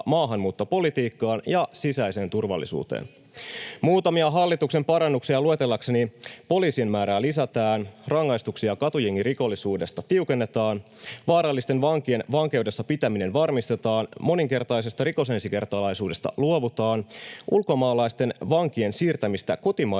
maahanmuuttopolitiikkaan ja sisäiseen turvallisuuteen. [Li Andersson: Viis köyhistä!] Muutamia hallituksen parannuksia luetellakseni poliisien määrää lisätään, rangaistuksia katujengirikollisuudesta tiukennetaan, vaarallisten vankien vankeudessa pitäminen varmistetaan, moninkertaisesta rikosensikertalaisuudesta luovutaan, ulkomaalaisten vankien siirtämistä kotimaidensa